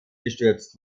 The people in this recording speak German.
gestürzt